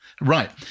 Right